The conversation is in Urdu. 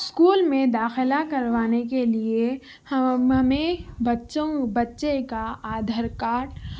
اسکول میں داخلہ کروانے کے لیے ہمیں بچّوں بّچے کا آدھار کارڈ